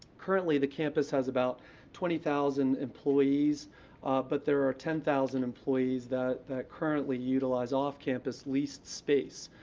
currently, the campus has about twenty thousand employees but there are ten thousand employees that that currently utilize off-campus leased space.